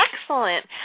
Excellent